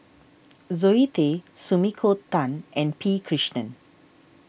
Zoe Tay Sumiko Tan and P Krishnan